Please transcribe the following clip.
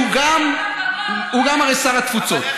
שהוא הרי גם שר התפוצות,